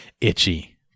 itchy